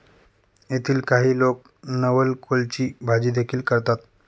येथील काही लोक नवलकोलची भाजीदेखील करतात